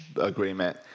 agreement